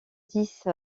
dix